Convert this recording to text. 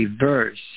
reverse